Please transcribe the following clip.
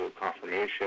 confirmation